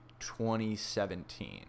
2017